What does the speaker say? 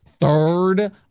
third